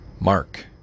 Mark